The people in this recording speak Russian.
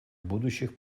будущих